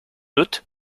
doute